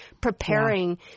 preparing